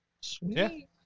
Sweet